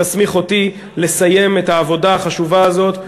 תסמיך אותי לסיים את העבודה החשובה הזאת,